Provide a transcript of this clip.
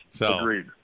Agreed